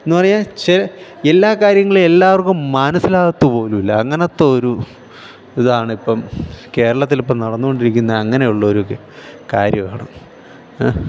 എന്നു പറഞ്ഞാൽ എല്ലാ കാര്യങ്ങളും എല്ലാവർക്കും മനസ്സിലാക്കുക പോലും ഇല്ല അങ്ങനത്തെ ഒരു ഇതാണ് ഇപ്പം കേരളത്തിൽ ഇപ്പം നടന്നു കൊണ്ടിരിക്കുന്നത് അങ്ങനെയുള്ള ഒരു കാര്യമാണ്